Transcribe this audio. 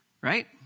Right